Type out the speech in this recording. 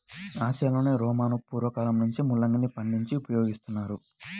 ఆసియాలో రోమను పూర్వ కాలంలో నుంచే ముల్లంగిని పండించి వినియోగిస్తున్నారు